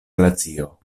glacio